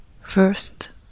first